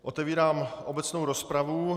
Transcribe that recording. Otevírám obecnou rozpravu.